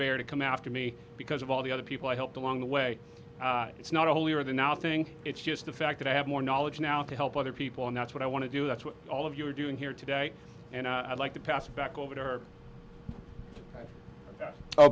bear to come after me because of all the other people i helped along the way it's not a holier than thou thing it's just the fact that i have more knowledge now to help other people and that's what i want to do that's what all of you are doing here today and i'd like to pass it back over to her oh